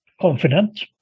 Confident